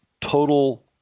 total